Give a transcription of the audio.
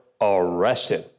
arrested